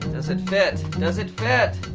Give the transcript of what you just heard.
does it fit? does it fit?